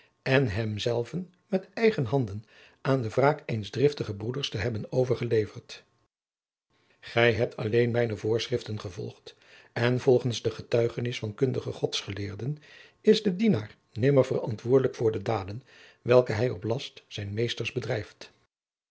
en hemzelven met eigen handen aan de wraak eens driftigen broeders te hebben overgeleverd gij hebt alleen mijne voorschriften gevolgd en volgens de getuigenis van kundige godgeleerden is de dienaar nimmer verantwoordelijk voor de daden welke hij op last zijns meesters bedrijft